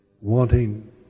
Wanting